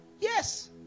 Yes